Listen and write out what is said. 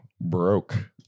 broke